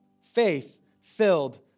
faith-filled